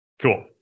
cool